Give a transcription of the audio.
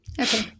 Okay